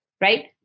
Right